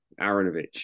Aronovich